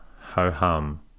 ho-hum